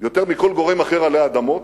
יותר מכל גורם אחר עלי אדמות,